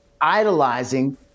idolizing